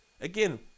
again